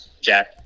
Jack